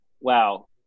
wow